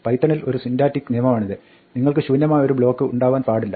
പൈത്തണിന്റെ ഒരു സിന്റാറ്റിക് നിയമമാണിത് നിങ്ങൾക്ക് ശൂന്യമായ ഒരു ബ്ലോക്ക് ഉണ്ടാവാൻ പാടില്ല